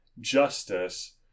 justice